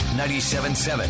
97.7